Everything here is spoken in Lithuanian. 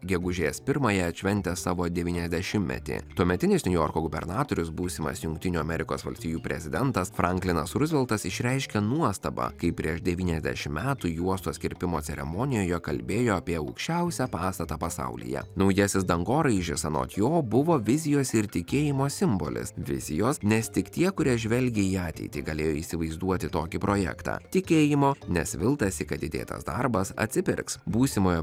gegužės pirmąją atšventęs savo devyniasdešimtmetį tuometinis niujorko gubernatorius būsimas jungtinių amerikos valstijų prezidentas franklinas ruzveltas išreiškė nuostabą kai prieš devyniasdešimt metų juostos kirpimo ceremonijoje kalbėjo apie aukščiausią pastatą pasaulyje naujasis dangoraižis anot jo buvo vizijos ir tikėjimo simbolis vizijos nes tik tie kurie žvelgė į ateitį galėjo įsivaizduoti tokį projektą tikėjimo nes viltasi kad įdėtas darbas atsipirks būsimojo